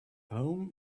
home